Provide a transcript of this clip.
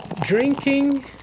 drinking